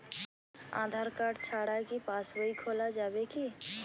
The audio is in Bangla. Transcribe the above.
আধার কার্ড ছাড়া কি পাসবই খোলা যাবে কি?